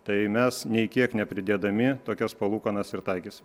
tai mes nei kiek nepridėdami tokias palūkanas ir taikysim